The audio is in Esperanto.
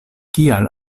kial